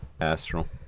Astral